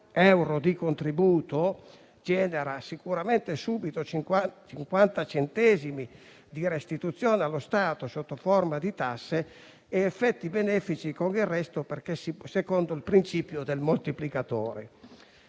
euro di contributo genera sicuramente subito 50 centesimi di restituzione allo Stato sotto forma di tasse ed effetti benefici con il resto, secondo il principio del moltiplicatore.